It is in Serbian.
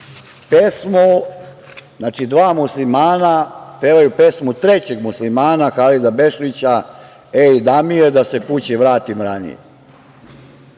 pesmu, znači dva muslimana pevaju pesmu trećeg muslimana Halida Bešlića „Ej da mi je da se kući vratim ranije“.